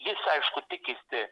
jis aišku tikisi